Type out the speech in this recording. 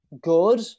good